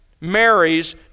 marries